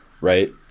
right